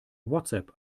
whatsapp